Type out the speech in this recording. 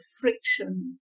friction